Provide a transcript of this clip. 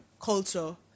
culture